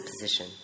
position